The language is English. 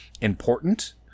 important